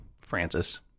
Francis